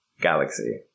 galaxy